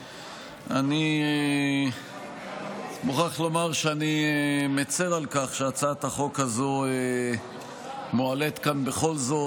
אני מוכרח לומר שאני מצר על כך שהצעת החוק הזו מועלית כאן בכל זאת.